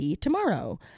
tomorrow